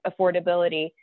affordability